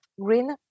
green